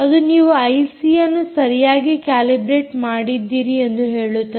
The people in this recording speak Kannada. ಇದು ನೀವು ಐಸಿಯನ್ನು ಸರಿಯಾಗಿ ಕ್ಯಾಲಿಬ್ರೆಟ್ ಮಾಡಿದ್ದೀರಿ ಎಂದು ಹೇಳುತ್ತದೆ